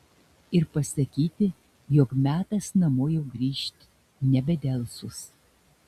ir pasakyti jog metas namo jau grįžt nebedelsus